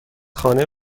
خانه